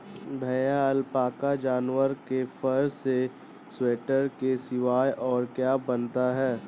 भैया अलपाका जानवर के फर से स्वेटर के सिवाय और क्या बनता है?